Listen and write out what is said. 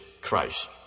Christ